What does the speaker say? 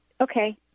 okay